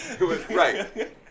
Right